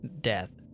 death